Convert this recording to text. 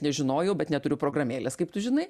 nežinojau bet neturiu programėlės kaip tu žinai